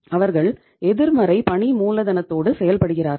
அவர்கள் எதிர்மறை பணி மூலதனத்தோடு செயல்படுகிறார்கள்